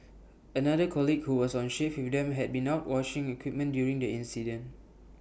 another colleague who was on shift with them had been out washing equipment during the incident